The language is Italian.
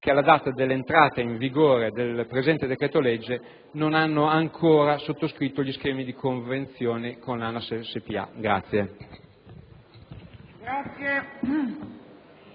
che, alla data dell'entrata in vigore del presente decreto-legge, non hanno ancora sottoscritto gli schemi di convenzione con ANAS S.p.a.».